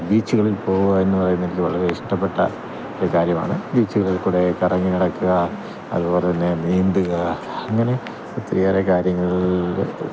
ബീച്ചുകളിൽ പോകുകയെന്നു പറയുന്നതൊക്കെ എനിക്ക് വളരെ ഇഷ്ടപ്പെട്ട ഒരു കാര്യമാണ് ബീച്ചുകളിൽ കൂടെ കറങ്ങി നടക്കുക അതുപോലെ തന്നെ നീന്തുക അങ്ങനെ ഒത്തിരി ഏറെ കാര്യങ്ങളില്